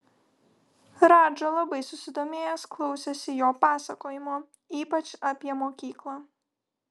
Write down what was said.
radža labai susidomėjęs klausėsi jo pasakojimo ypač apie mokyklą